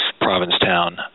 Provincetown